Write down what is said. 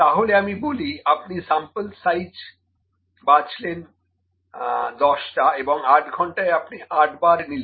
তাহলে আমি বলি আপনি স্যাম্পল সাইজ বাছলেন 10 এবং 8 ঘন্টায় আপনি 8 বার নিলেন